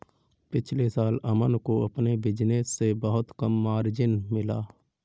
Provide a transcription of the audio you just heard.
पिछले साल अमन को अपने बिज़नेस से बहुत कम मार्जिन मिला